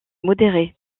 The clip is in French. modérés